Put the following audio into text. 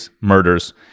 murders